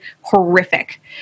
horrific